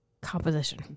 Composition